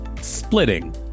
Splitting